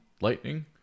lightning